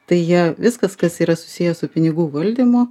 tai jie viskas kas yra susiję su pinigų valdymu